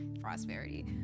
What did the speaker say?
prosperity